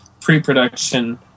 pre-production